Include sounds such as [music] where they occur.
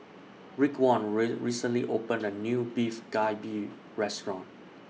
Raekwon [unintelligible] recently opened A New Beef Galbi Restaurant